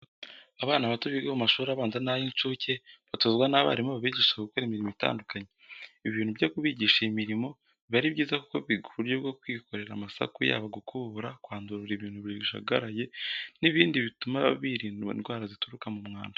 Abana bato biga mu mashuri abanza n'ayi'incuke batozwa n'abarimu babigisha gukora imirimo itandukanye. Ibi bintu byo kubigisha iyi mirimo biba ari byiza kuko biga uburyo bwo kwikorera amasuku yaba gukubura, kwandurura ibintu bijagaraye n'ibindi bituma birinda indwara zituruka ku mwanda.